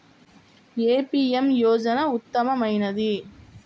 ఏ PM యోజన ఉత్తమమైనది?